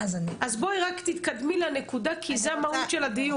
בואי תתקדמי לנקודה כי זו המהות של הדיון.